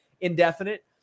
Indefinite